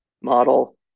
model